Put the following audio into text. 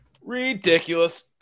Ridiculous